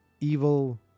evil